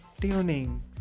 TUNING